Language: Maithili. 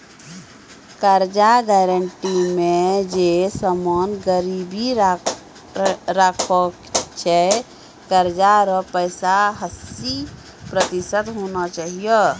कर्जा गारंटी मे जे समान गिरबी राखै छै कर्जा रो पैसा हस्सी प्रतिशत होना चाहियो